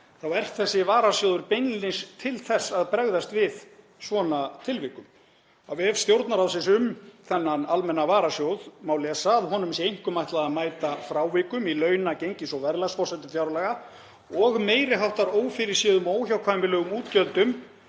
er þessi varasjóður beinlínis til þess að bregðast við svona tilvikum. Á vef Stjórnarráðsins um þennan almenna varasjóð má lesa að honum sé einkum ætlað að mæta frávikum í launa-, gengis- og verðlagsforsendum fjárlaga og meiri háttar ófyrirséðum og óhjákvæmilegum útgjöldum,